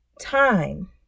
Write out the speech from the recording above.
time